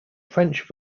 french